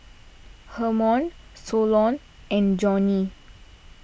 Hermon Solon and Johnny